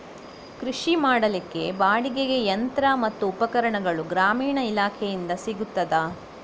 ಕೃಷಿ ಮಾಡಲಿಕ್ಕೆ ಬಾಡಿಗೆಗೆ ಯಂತ್ರ ಮತ್ತು ಉಪಕರಣಗಳು ಗ್ರಾಮೀಣ ಇಲಾಖೆಯಿಂದ ಸಿಗುತ್ತದಾ?